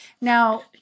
Now